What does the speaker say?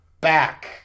back